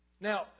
Now